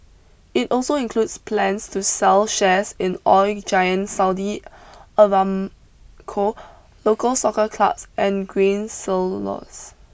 it also includes plans to sell shares in oil giant Saudi Aramco local soccer clubs and grain silos